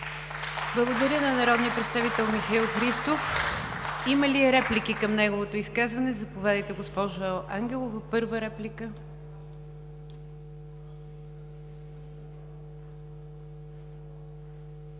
Благодаря на народния представител Михаил Христов. Има ли реплики към неговото изказване? Заповядайте, госпожо Ангелова – първа реплика.